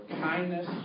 kindness